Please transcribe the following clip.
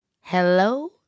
hello